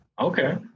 Okay